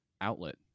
outlet